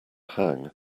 hang